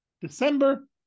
December